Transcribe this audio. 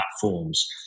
platforms –